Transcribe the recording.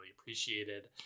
appreciated